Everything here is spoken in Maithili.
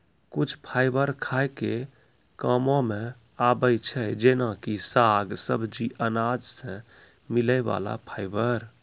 कुछ फाइबर खाय के कामों मॅ आबै छै जेना कि साग, सब्जी, अनाज सॅ मिलै वाला फाइबर